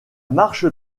marche